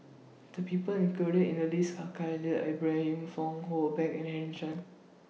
The People included in The list Are Khalil Ibrahim Fong Hoe Beng and Henry Chan